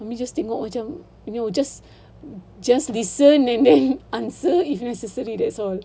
mummy just tengok macam you know just just listen and then and answer if necessary that's all